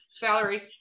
Valerie